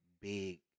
big